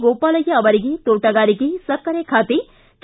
ಗೋಪಾಲಯ್ತ ಅವರಿಗೆ ತೋಟಗಾರಿಕೆ ಸಕ್ಕರೆ ಖಾತೆ ಕೆ